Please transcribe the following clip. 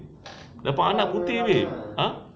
dapat anak putih babe !huh!